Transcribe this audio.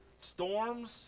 storms